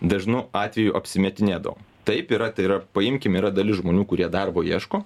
dažnu atveju apsimetinėdavom taip yra tai yra paimkim yra dalis žmonių kurie darbo ieško